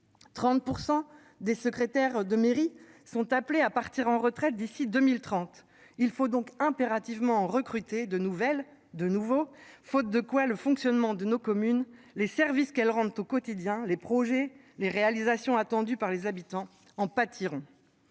30% des secrétaires de mairie sont appelés à partir en retraite d'ici 2030. Il faut donc impérativement recruter de nouvelles de nouveau. Faute de quoi le fonctionnement de nos communes. Les services qu'elles rendent au quotidien les projets les réalisations attendues par les habitants en pâtiront.